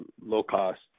low-cost